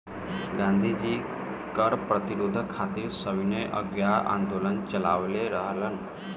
गांधी जी कर प्रतिरोध खातिर सविनय अवज्ञा आन्दोलन चालवले रहलन